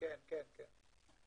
אבל